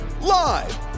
live